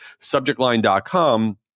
subjectline.com